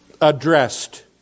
addressed